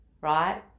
right